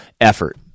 effort